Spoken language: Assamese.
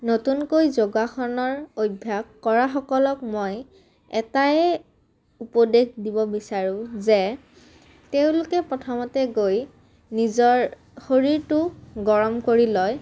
নতুনকৈ যোগাসনৰ অভ্যাস কৰাসকলক মই এটাই উপদেশ দিব বিচাৰোঁ যে তেওঁলোকে প্ৰথমতে গৈ নিজৰ শৰীৰটো গৰম কৰি লয়